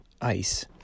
Ice